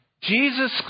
Jesus